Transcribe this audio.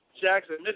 Jackson